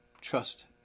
Trust